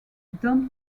don’t